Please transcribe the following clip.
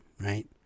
right